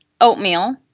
Oatmeal